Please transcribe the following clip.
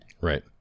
right